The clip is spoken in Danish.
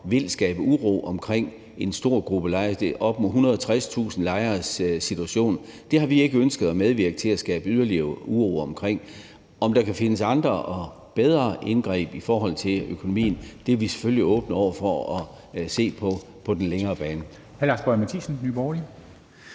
vil skabe uro omkring en stor gruppe af lejere. Det er situationen for op mod 160.000 lejere. Det har vi ikke ønsket at medvirke til at skabe yderligere uro omkring. Om der kan findes andre og bedre indgreb i forhold til økonomien, er vi selvfølgelig åbne over for at se på på den længere bane.